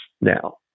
now